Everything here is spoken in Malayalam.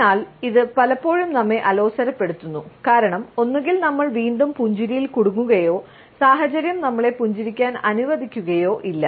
അതിനാൽ ഇത് പലപ്പോഴും നമ്മെ അലോസരപ്പെടുത്തുന്നു കാരണം ഒന്നുകിൽ നമ്മൾ വീണ്ടും പുഞ്ചിരിയിൽ കുടുങ്ങുകയോ സാഹചര്യം നമ്മളെ പുഞ്ചിരിക്കാൻ അനുവദിക്കുകയോ ഇല്ല